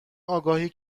آگاهی